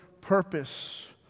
purpose